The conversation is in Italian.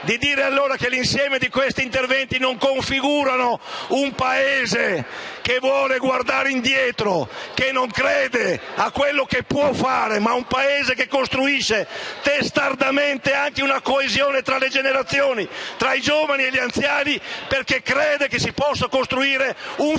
del DEF - che l'insieme di questi interventi non configura un Paese che vuole guardare indietro, che non crede a quello che può fare, ma un Paese che costruisce testardamente anche la coesione tra le generazioni, tra i giovani e gli anziani perché crede che si possa costruire un